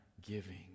giving